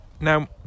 Now